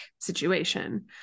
situation